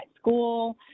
school